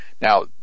Now